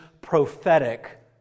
prophetic